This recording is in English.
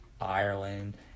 Ireland